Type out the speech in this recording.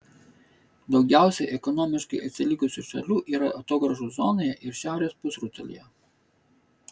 daugiausiai ekonomiškai atsilikusių šalių yra atogrąžų zonoje ir šiaurės pusrutulyje